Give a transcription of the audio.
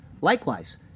Likewise